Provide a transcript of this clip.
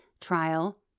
trial